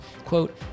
quote